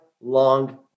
long